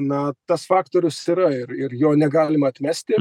na tas faktorius yra ir ir jo negalima atmesti